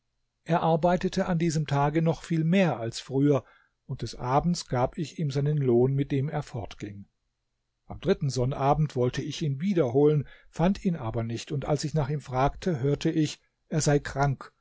er arbeitete an diesem tage noch viel mehr als früher und des abends gab ich ihm seinen lohn mit dem er fortging am dritten sonnabend wollte ich ihn wieder holen fand ihn aber nicht und als ich nach ihm fragte hörte ich er sei krank